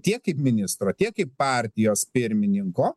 tiek kaip ministro tiek kaip partijos pirmininko